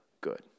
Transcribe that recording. good